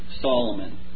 Solomon